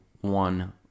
one